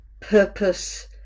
purpose